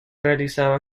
realizaba